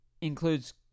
Includes